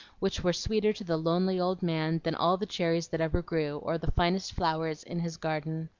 which were sweeter to the lonely old man than all the cherries that ever grew, or the finest flowers in his garden.